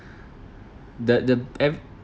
the the ev~